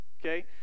okay